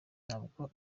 ntabwo